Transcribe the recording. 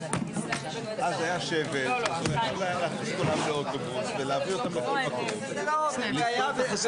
18:35.